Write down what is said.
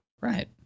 Right